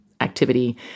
activity